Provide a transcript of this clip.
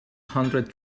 hundred